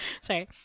Sorry